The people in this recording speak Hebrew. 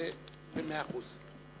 זה במאה אחוז.